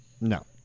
No